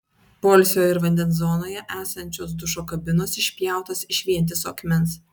poilsio ir vandens zonoje esančios dušo kabinos išpjautos iš vientiso akmens